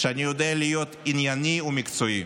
שאני יודע להיות ענייני ומקצועי.